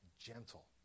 gentle